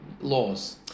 laws